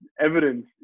evidence